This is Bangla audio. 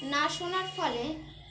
না শোনার ফলে